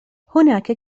هناك